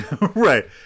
Right